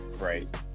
Right